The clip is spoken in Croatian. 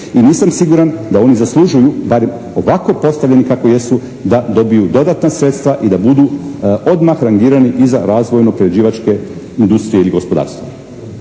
i nisam siguran da oni zaslužuju bar ovako postavljeni kako jesu da dobiju dodatna sredstva i da budu odmah rangirani iza razvojno-prerađivačke industrije i gospodarstva.